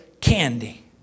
candy